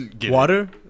Water